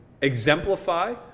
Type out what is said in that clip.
exemplify